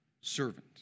servant